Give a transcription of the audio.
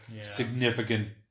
significant